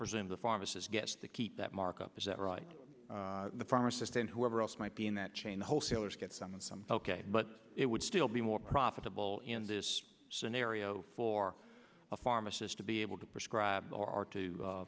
in the pharmacist gets the keep that markup is that right the pharmacist and whoever else might be in that chain wholesalers get some and some ok but it would still be more profitable in this scenario for a pharmacist to be able to prescribe or to